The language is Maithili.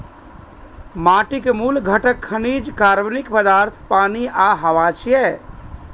माटिक मूल घटक खनिज, कार्बनिक पदार्थ, पानि आ हवा छियै